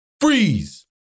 Freeze